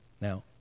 Now